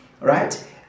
right